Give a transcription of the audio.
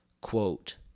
quote